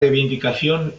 reivindicación